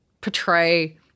portray